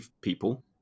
people